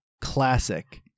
classic